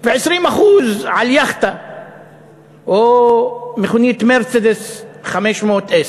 ו-20% על יאכטה או מכונית "מרצדס S500"?